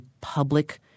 public